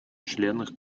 членах